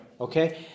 Okay